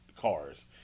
cars